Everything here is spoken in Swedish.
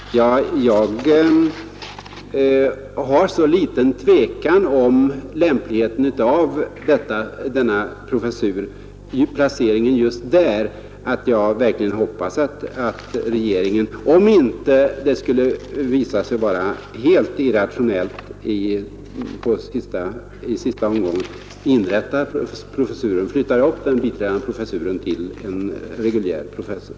Fru talman! Jag har så liten tvekan om lämpligheten av denna professur med placering just vid lantbrukshögskolan att jag verkligen hoppas att regeringen — om det inte skulle visa sig vara helt irrationellt i sista omgången — inrättar professuren, dvs. flyttar upp den biträdande professuren till en reguljär professur.